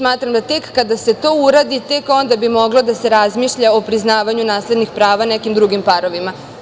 Tek kada se to uradi, tek onda bi moglo da se razmišlja o priznavanju naslednih prava nekim drugim parovima.